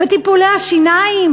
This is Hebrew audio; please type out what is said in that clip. בטיפולי השיניים?